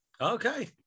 Okay